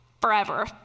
forever